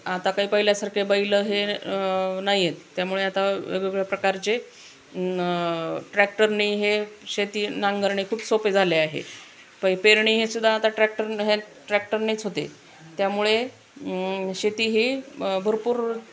आता काही पहिल्यासारखे बैल हे नाही आहेत त्यामुळे आता वेगवेगळ्या प्रकारचे न ट्रॅक्टरने हे शेती नांगरणे खूप सोपे झाले आहे पै पेरणी हे सुद्धा आता ट्रॅक्टर न हे ट्रॅक्टरनेच होते त्यामुळे शेती ही ब भरपूर